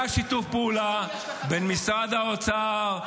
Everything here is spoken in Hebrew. היה שיתוף פעולה בין משרד האוצר,